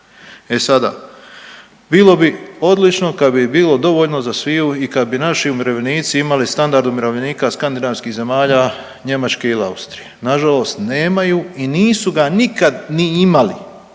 E sada, bilo bi odlično kad bi bilo dovoljno za sviju i kad bi naši umirovljenici imali standard umirovljenika skandinavskih zemalja, Njemačke ili Austrije, nažalost nemaju i nisu ga nikad ni imali,